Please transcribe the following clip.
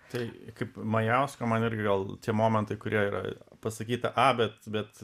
tai kaip majausko man irgi gal tie momentai kurie yra pasakyta a bet bet